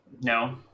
No